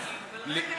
רגע.